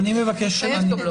--- טוב.